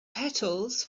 petals